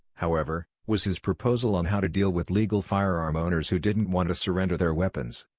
however, was his proposal on how to deal with legal firearm owners who didn't want to surrender their weapons.